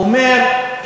הוא אומר,